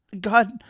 God